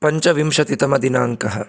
पञ्चविंशतितमदिनाङ्कः